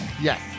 Yes